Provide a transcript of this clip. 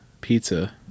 pizza